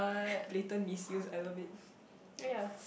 little miss use ever bit yea yea